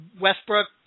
Westbrook